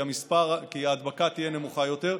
כי ההדבקה תהיה נמוכה יותר.